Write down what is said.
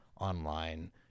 online